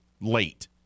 late